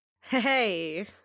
Hey